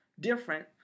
different